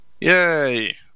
Yay